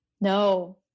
No